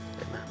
Amen